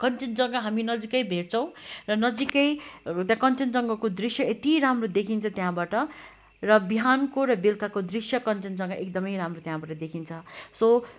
कन्चजङ्घा हामी नजिकै भेट्छौँ र नजिकै त्याँ कन्चजङ्घाको दृश्य यति राम्रो देखिन्छ त्यहाँबाट र बिहानको र बेलुकाको दृश्य कन्चजङ्घा एकदमै राम्रो त्यहाँबाट देखिन्छ सो